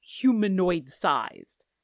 humanoid-sized